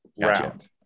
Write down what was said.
round